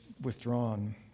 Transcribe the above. withdrawn